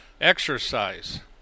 exercise